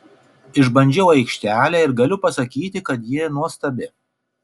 išbandžiau aikštelę ir galiu pasakyti kad ji nuostabi